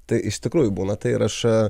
tai iš tikrųjų būna tai ir aš